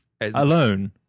Alone